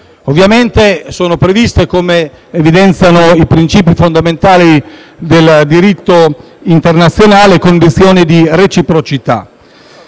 Ovviamente sono previste, come evidenziano i princìpi fondamentali del diritto internazionale, condizioni di reciprocità,